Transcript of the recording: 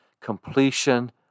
completion